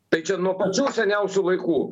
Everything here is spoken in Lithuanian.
tačiau nuo pačių seniausių laikų